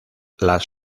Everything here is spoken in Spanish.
las